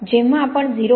जेव्हा आपण 0